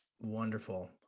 wonderful